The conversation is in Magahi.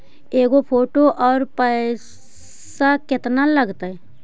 के गो फोटो औ पैसा केतना लगतै?